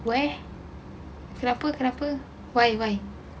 what kenapa kenapa why why